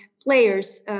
players